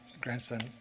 grandson